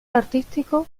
artístico